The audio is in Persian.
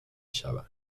شوند